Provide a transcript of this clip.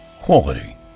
quality